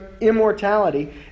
immortality